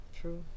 True